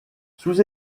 sous